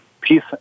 peace